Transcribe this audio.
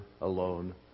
alone